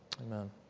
amen